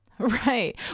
Right